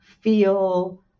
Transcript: feel